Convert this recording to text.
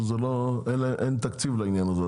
שאין תקציב לעניין הזה,